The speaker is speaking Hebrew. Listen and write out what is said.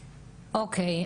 אוקי.